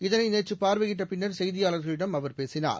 இதனை நேற்று பார்வையிட்ட பின்னர் செய்தியாளர்களிடம் அவர் பேசினார்